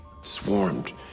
swarmed